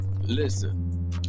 Listen